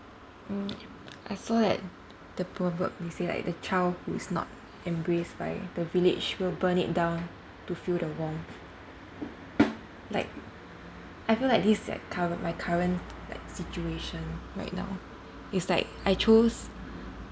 mm I saw that the proverb they say like the child who is not embraced by the village will burn it down to feel the warmth like I feel like this is like curre~ my current like situation right now it's like I chose